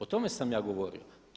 O tome sam ja govorio.